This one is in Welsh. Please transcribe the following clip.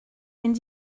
mynd